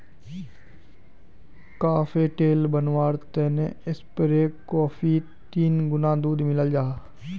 cafe latte बनवार तने espresso कोफ्फीत तीन गुणा दूध मिलाल जाहा